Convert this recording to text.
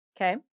Okay